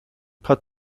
part